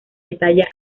detalla